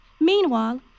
Meanwhile